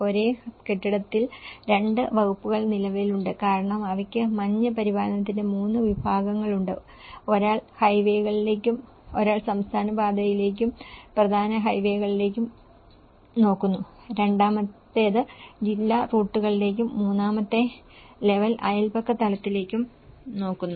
ഒരേ കെട്ടിടത്തിൽ രണ്ട് വകുപ്പുകൾ നിലവിലുണ്ട് കാരണം അവയ്ക്ക് മഞ്ഞ് പരിപാലനത്തിന്റെ 3 വിഭാഗങ്ങളുണ്ട് ഒരാൾ ഹൈവേകളിലേക്കും ഒരാൾ സംസ്ഥാന പാതകളിലേക്കും പ്രധാന ഹൈവേകളിലേക്കും നോക്കുന്നു രണ്ടാമത്തേത് ജില്ലാ റൂട്ടുകളിലേക്കും മൂന്നാമത്തെ ലെവൽ അയൽപക്ക തലത്തിലേക്കും നോക്കുന്നു